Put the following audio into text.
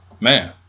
Man